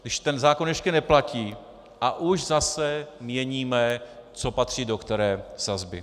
Když ten zákon ještě neplatí, a už zase měníme, co patří do které sazby.